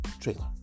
trailer